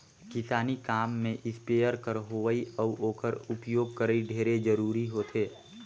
किसानी काम में इस्पेयर कर होवई अउ ओकर उपियोग करई ढेरे जरूरी होथे